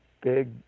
big